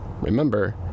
Remember